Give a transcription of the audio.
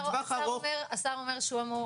השר אומר,